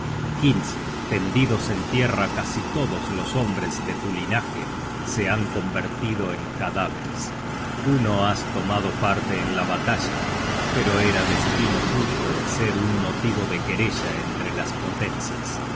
tendidos en tierra casi todos los hombres de tu linaje se han convertido en cadáveres tú no has tomado parte en la batalla pero era destino tuyo el ser un motivo de querella entre las potencias